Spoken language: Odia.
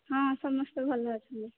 ହଁ ସମସ୍ତେ ଭଲ ଅଛନ୍ତି